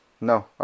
no